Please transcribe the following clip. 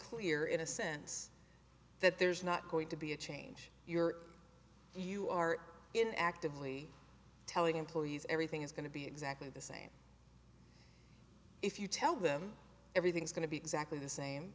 clear in a sense that there's not going to be a change you're you are in actively telling employees everything is going to be exactly the same if you tell them everything's going to be exactly the same